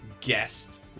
guest